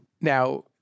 Now